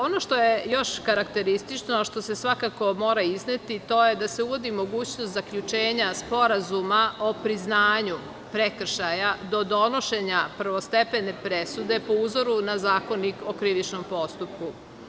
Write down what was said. Ono što je još karakteristično, što se svakako mora izneti, to je da se uvodi mogućnost zaključenja sporazuma o priznanju prekršaja, do donošenja prvostepene presude po uzoru na Zakonik o krivičnom postupku.